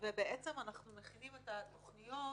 ואנחנו מכינים את התוכניות